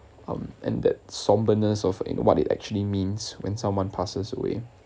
um and that sombreness of in what it actually means when someone passes away